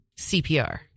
CPR